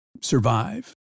survive